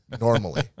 normally